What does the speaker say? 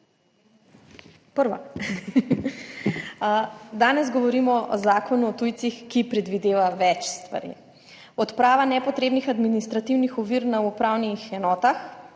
smeh/ Danes govorimo o Zakonu o tujcih, ki predvideva več stvari: odprava nepotrebnih administrativnih ovir na upravnih enotah,